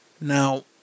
Now